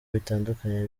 bitandukanye